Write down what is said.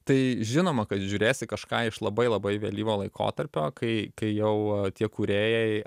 tai žinoma kad žiūrėsi kažką iš labai labai vėlyvo laikotarpio kai kai jau tie kūrėjai